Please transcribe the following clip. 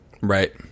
Right